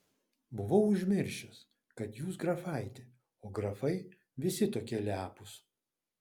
buvau užmiršęs kad jūs grafaitė o grafai visi tokie lepūs